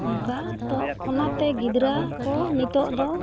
ᱚᱱᱠᱟ ᱛᱚ ᱚᱱᱟᱛᱮ ᱜᱤᱫᱽᱨᱟᱹ ᱠᱚ ᱱᱤᱛᱳᱜ ᱫᱚ